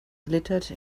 glittered